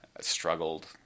struggled –